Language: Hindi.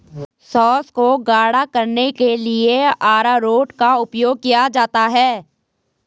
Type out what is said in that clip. सॉस को गाढ़ा करने के लिए अरारोट का उपयोग किया जाता है